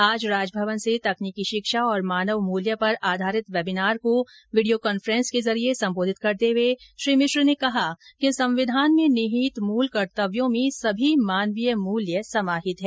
आज राजभवन से तकनीकी शिक्षा और मानव मूल्य पर आधारित वेबीनार को वीडियो कॉन्फ्रेंस के जरिए सम्बोधित करते हुए श्री मिश्र ने कहा कि संविधान में निहित मूल कर्तव्यों में सभी मानवीय मूल्य समाहित है